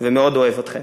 ומאוד אוהב אתכן.